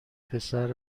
پسر